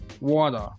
water